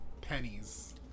pennies